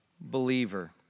believer